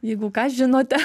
jeigu ką žinote